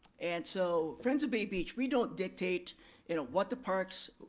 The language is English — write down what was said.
and so, friends of bay beach, we don't dictate and what the parks,